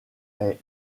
est